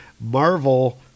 Marvel